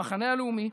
המחנה הלאומי,